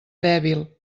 dèbil